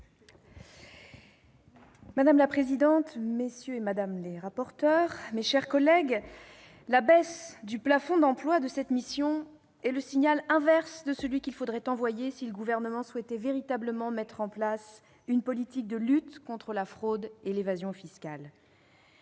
madame, messieurs les rapporteurs, mes chers collègues, la baisse du plafond d'emplois de cette mission est l'inverse du signal qu'il faudrait envoyer si le Gouvernement souhaitait véritablement engager une politique de lutte contre la fraude et l'évasion fiscales.